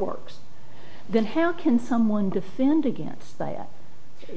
works then how can someone defend against say